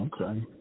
Okay